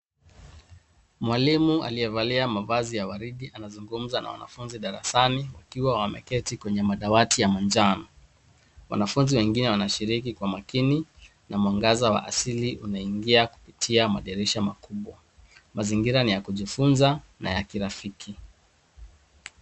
Mwalimu aliyevalia mavazi ya waridi anazungumza na wanafunzi darasani wakiwa wameketi kwenye madawati ya manjano. Wanafunzi wengine wanashiriki kwa makini na mwangaza wa asili unaingia kupitia madirisha makubwa. Mazingira ni ya kujifunza na ya kirafiki.